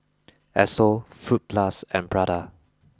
Esso Fruit Plus and Prada